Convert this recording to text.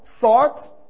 Thoughts